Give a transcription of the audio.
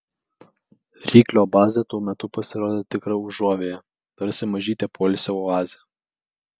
ryklio bazė tuo metu pasirodė tikra užuovėja tarsi mažytė poilsio oazė